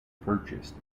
purchased